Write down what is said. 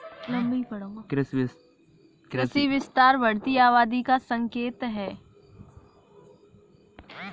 कृषि विस्तार बढ़ती आबादी का संकेत हैं